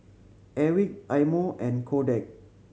Airwick Eye Mo and Kodak